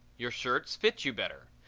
your shirts fit you better.